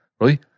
Right